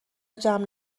جمع